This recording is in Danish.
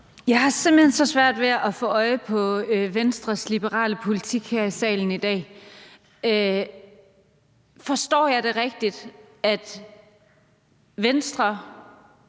Jeg har simpelt hen så svært ved at få øje på Venstres liberale politik her i salen i dag. Er det rigtigt forstået, at Venstre